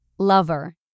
Lover